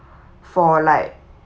for like